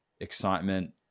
excitement